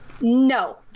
No